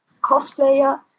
cosplayer